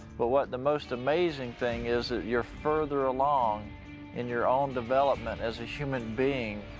but what the most amazing thing is that you're further along in your own development as a human being.